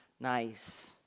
nice